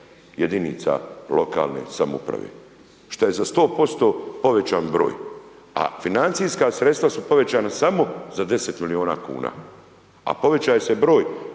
jedinica lokalne samouprave što je za 100% povećan broj a financijska sredstva su povećana samo za 10 milijuna kuna povećava se broj